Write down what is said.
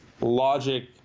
logic